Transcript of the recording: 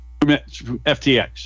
FTX